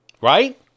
right